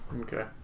Okay